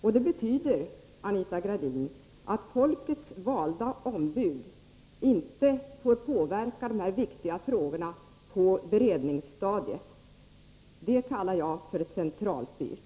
Och det betyder, Anita Gradin, att folkets valda ombud inte får påverka de här viktiga frågorna på beredningsstadiet. Det kallar jag för centralstyrt.